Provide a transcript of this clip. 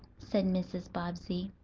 said mrs. bobbsey.